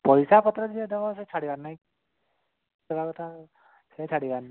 ପଇସା ପତର ଯିଏ ଦେବ ସେ ଛାଡ଼ିବାର ନାହିଁ ସେ ଛାଡ଼ିବାର ନାହିଁ